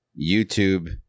YouTube